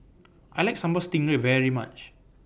I like Sambal Stingray very much